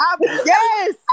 Yes